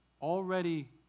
already